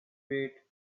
wait